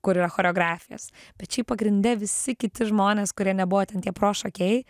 kur yra choreografijos bet šiaip pagrinde visi kiti žmonės kurie nebuvo ten tie pro šokėjai